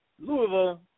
Louisville